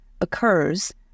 occurs